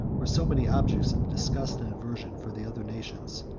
were so many objects of disgust and aversion for the other nations,